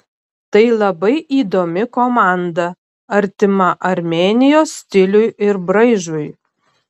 tai labai įdomi komanda artima armėnijos stiliui ir braižui